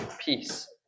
peace